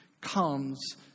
comes